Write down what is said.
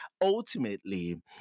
ultimately